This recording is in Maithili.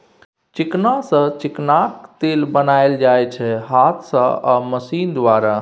चिकना सँ चिकनाक तेल बनाएल जाइ छै हाथ सँ आ मशीन द्वारा